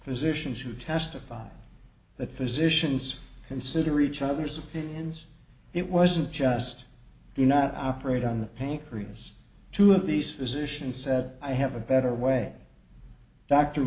physicians who testified that physicians consider each other's opinions it wasn't just do not operate on the pain reus two of these physicians said i have a better way d